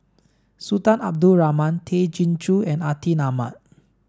Sultan Abdul Rahman Tay Chin Joo and Atin Amat